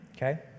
Okay